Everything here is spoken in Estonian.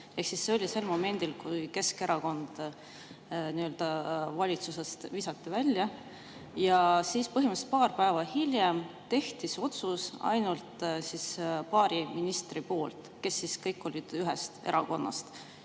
see oli sel momendil, kui Keskerakond visati valitsusest välja, ja põhimõtteliselt paar päeva hiljem tehti see otsus ainult paari ministri poolt, kes kõik olid ühest erakonnast.